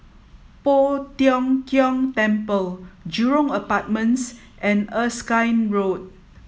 Poh Tiong Kiong Temple Jurong Apartments and Erskine Road